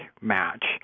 match